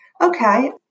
Okay